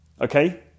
Okay